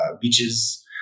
beaches